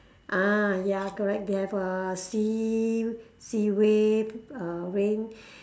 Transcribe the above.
ah ya correct they have uh sea sea wave uh rain